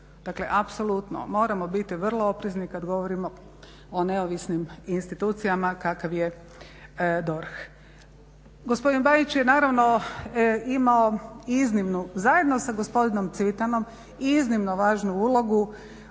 Dakle, apsolutno. Moramo biti vrlo oprezni kad govorimo o neovisnim institucijama kakav je DORH. Gospodin Bajić je naravno imao iznimnu zajedno sa gospodinom Cvitanom iznimno važnu ulogu